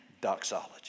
Doxology